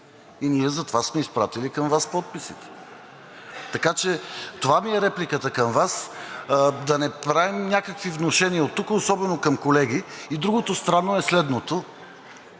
и ние затова сме изпратили към Вас подписите. Така че това ми е репликата към Вас – да не правим някакви внушения оттук, особено към колеги. И другото странно е следното.